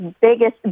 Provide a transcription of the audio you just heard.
biggest